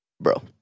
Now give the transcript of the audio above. bro